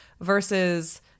versus